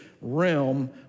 realm